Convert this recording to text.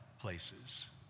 places